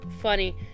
funny